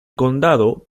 condado